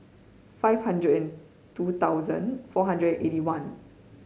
five hundred and two thousand four hundred eighty one